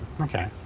Okay